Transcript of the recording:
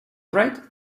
right